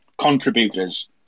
contributors